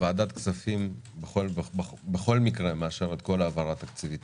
ועדת הכספים בכל מקרה מאשרת כל העברה תקציבית